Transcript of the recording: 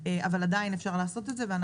אבל את מחליטה למנכ"ל וליושב-ראש מה הבעיה?